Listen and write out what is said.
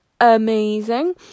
amazing